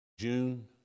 June